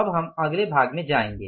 अब हम अगले भाग में जाएंगे